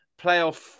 playoff